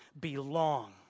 belong